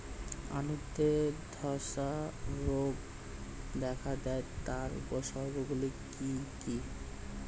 আলুতে ধ্বসা রোগ দেখা দেয় তার উপসর্গগুলি কি কি?